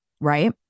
Right